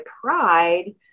pride